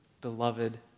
beloved